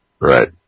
Right